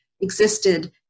existed